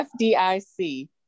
FDIC